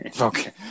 Okay